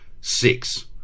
Six